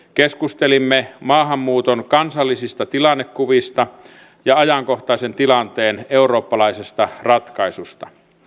keskustelimme maahanmuuton kansallisista tilannekuvista ja ajankohtaisen tilanteen eurooppalaisista ratkaisuista